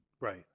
Right